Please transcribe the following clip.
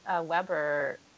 weber